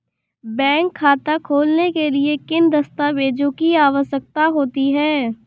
Bank खाता खोलने के लिए किन दस्तावेजों की आवश्यकता होती है?